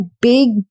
big